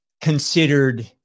considered